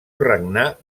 regnar